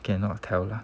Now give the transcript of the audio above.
cannot tell lah